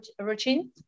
routine